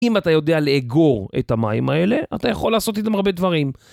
אם אתה יודע לאגור את המים האלה, אתה יכול לעשות איתם הרבה דברים.